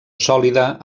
sòlida